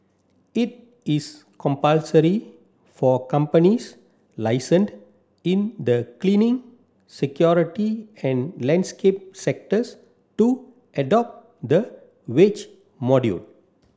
it is compulsory for companies licensed in the cleaning security and landscape sectors to adopt the wage module